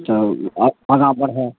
तब आर आगाँ बढ़ै